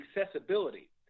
accessibility